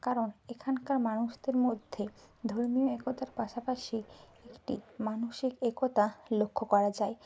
কারণ এখানকার মানুষদের মধ্যে ধর্মীয় একতার পাশাপাশি একটি মানসিক একতা লক্ষ্য করা যায়